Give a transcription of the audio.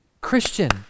Christian